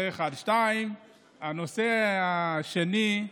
זה, 1. הנושא השני,